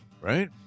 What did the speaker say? Right